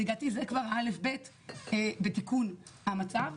לדעתי זה כבר אל"ף-ב"ית בתיקון המצב,